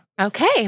Okay